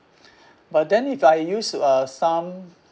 but then if I use uh some